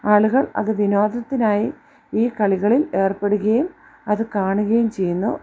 ആളുകൾ അത് വിനോദത്തിനായി ഈ കളികളിൽ ഏർപ്പെടുകയും അത് കാണുകയും ചെയ്യുന്നു